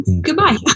Goodbye